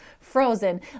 frozen